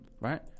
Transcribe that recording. Right